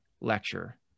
lecture